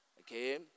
Okay